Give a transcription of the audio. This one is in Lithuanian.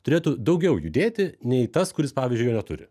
turėtų daugiau judėti nei tas kuris pavyzdžiui jo neturi